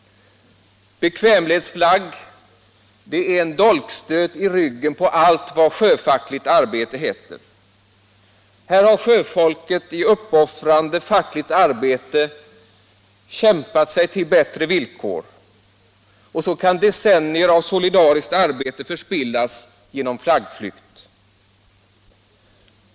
Bekvämlighetsflagg är en dolkstöt i ryggen på allt vad sjöfackligt arbete heter. Här har sjöfolket i uppoffrande fackligt arbete kämpat sig till bättre villkor. Och så kan decennier av solidariskt arbete förspillas genom flaggflykt.